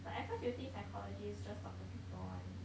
like at first you think psychologist just talk to people [one]